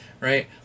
right